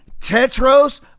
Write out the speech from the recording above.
Tetros